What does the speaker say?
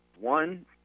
One